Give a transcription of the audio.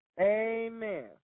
Amen